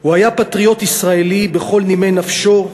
"הוא היה פטריוט ישראלי בכל נימי נפשו,